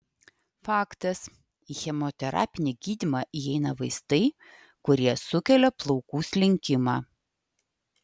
faktas į chemoterapinį gydymą įeina vaistai kurie sukelia plaukų slinkimą